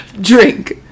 Drink